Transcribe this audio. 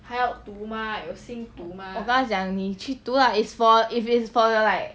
我跟他讲你去读 lah it's for if it's for like